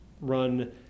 run